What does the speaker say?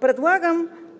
Предлагам